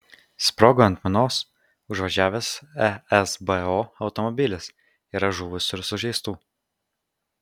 sprogo ant minos užvažiavęs esbo automobilis yra žuvusių ir sužeistų